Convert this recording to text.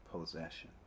possession